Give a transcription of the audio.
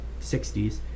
60s